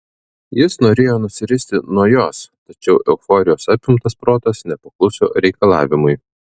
jis norėjo nusiristi nuo jos tačiau euforijos apimtas protas nepakluso reikalavimui